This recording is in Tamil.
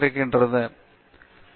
பேராசிரியர் ஆர்